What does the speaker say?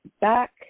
back